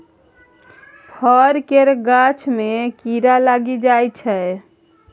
फल केर गाछ मे कीड़ा लागि जाइ छै